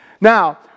Now